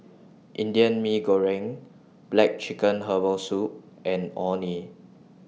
Indian Mee Goreng Black Chicken Herbal Soup and Orh Nee